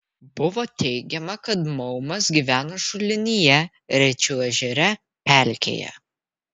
buvo teigiama kad maumas gyvena šulinyje rečiau ežere pelkėje